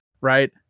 right